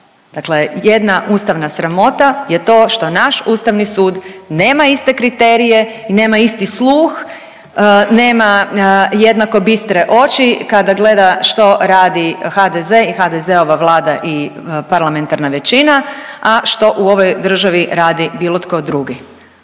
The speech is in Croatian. Dakle jedna ustavna sramota je to što naš Ustavni sud nema iste kriterije i nema isti sluh, nema jednako bistre oči kada gleda što radi HDZ i HDZ-ova Vlada i parlamentarna većina, a što u ovoj državi radi bilo tko drugi.